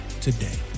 today